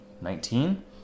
Nineteen